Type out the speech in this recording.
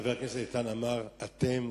כשחבר הכנסת איתן אמר: אתם,